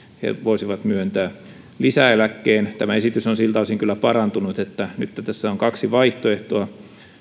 he voisivat myöntää lisäeläkkeen tämä esitys on siltä osin kyllä parantunut että nyt tässä on kaksi vaihtoehtoa